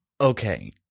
Okay